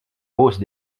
hausse